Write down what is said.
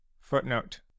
Footnote